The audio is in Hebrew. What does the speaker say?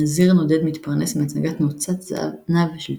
נזיר נודד מתפרנס מהצגת נוצת-זנב של תוכי,